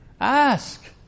Ask